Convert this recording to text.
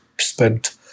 spent